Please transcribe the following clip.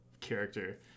character